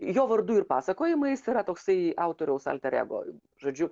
jo vardu ir pasakojimais yra toksai autoriaus alter ego žodžiu